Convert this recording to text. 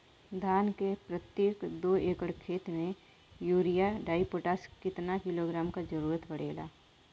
धान के प्रत्येक दो एकड़ खेत मे यूरिया डाईपोटाष कितना किलोग्राम क जरूरत पड़ेला?